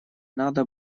надо